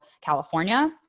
California